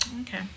Okay